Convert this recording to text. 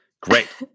Great